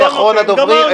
אחרון הדוברים.